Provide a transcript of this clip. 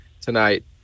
tonight